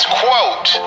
quote